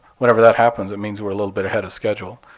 whenever that happens it means we're a little bit ahead of schedule.